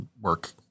work